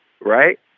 right